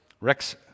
Rex